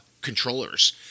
controllers